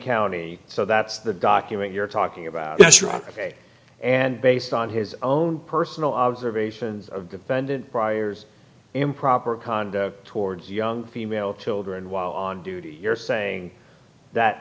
county so that's the document you're talking about that's right and based on his own personal observations of defendant priors improper conduct towards young female children while on duty you're saying that